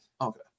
Okay